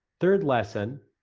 third lesson,